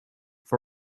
for